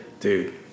Dude